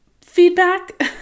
feedback